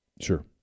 Sure